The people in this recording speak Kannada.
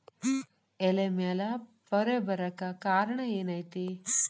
ಎಲೆ ಮ್ಯಾಲ್ ಪೊರೆ ಬರಾಕ್ ಕಾರಣ ಏನು ಐತಿ?